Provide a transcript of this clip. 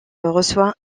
reçoit